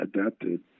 adapted